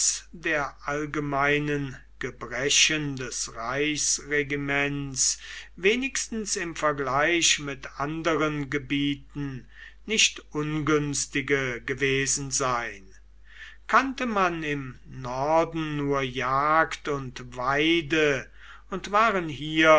der allgemeinen gebrechen des reichsregiments wenigstens im vergleich mit anderen gebieten nicht ungünstige gewesen sein kannte man im norden nur jagd und weide und waren hier